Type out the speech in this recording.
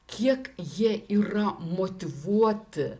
kiek jie yra motyvuoti